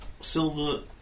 Silver